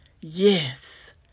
Yes